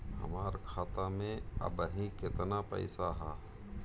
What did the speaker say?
हमार खाता मे अबही केतना पैसा ह?